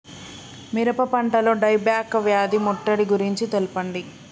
మిరప పంటలో dieback వ్యాధి ముట్టడి గురించి తెల్పండి?